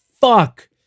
fuck